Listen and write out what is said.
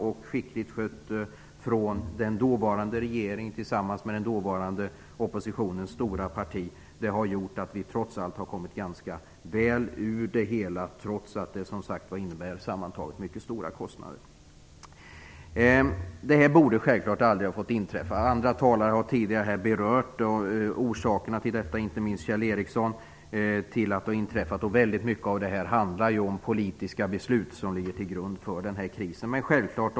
Det har skötts skickligt av den dåvarande regeringen tillsammans med den dåvarande oppositionens stora parti. Det har gjort att vi trots allt kommit ganska väl ur det hela. Det innebär ändå mycket stora kostnader. Detta borde självklart aldrig ha fått inträffa. Andra talare har tidigare berört orsakerna till att det har inträffat. Mycket handlar ju om politiska beslut som ligger till grund för krisen.